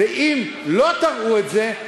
ואם לא תראו את זה,